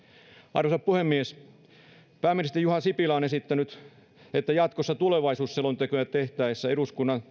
arvoisa puhemies pääministeri juha sipilä on esittänyt että jatkossa tulevaisuusselontekoja tehtäessä eduskunnan